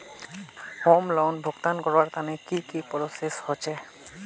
Home loan भुगतान करवार तने की की प्रोसेस होचे?